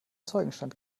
zeugenstand